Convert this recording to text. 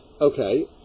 okay